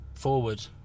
forward